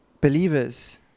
believers